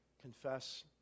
confess